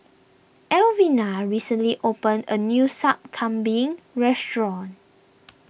Elvina recently opened a new Sup Kambing restaurant